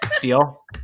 Deal